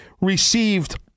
received